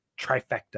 trifecta